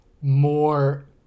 more